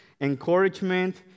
encouragement